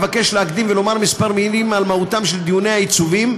אבקש להקדים ולומר כמה מילים על מהותם של דיני העיצובים,